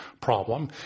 problem